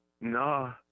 no